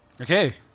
Okay